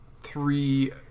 three